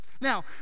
now